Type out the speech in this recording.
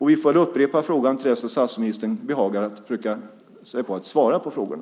Vi får väl upprepa frågan till dess att statsministern behagar försöka sig på att svara på frågorna.